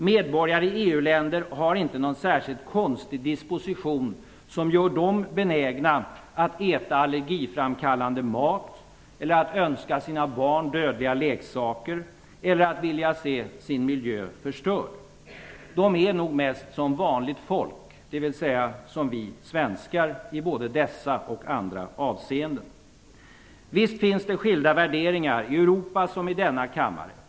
Medborgare i EU-länder har inte någon särskilt konstig disposition som gör dem benägna att äta allergiframkallande mat, att önska sina barn dödliga leksaker eller att vilja se sin miljö förstörd. De är nog mest som vanligt folk, dvs. som vi svenskar, i både dessa och andra avseenden. Visst finns det skilda värderingar i Europa, liksom i denna kammare.